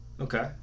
Okay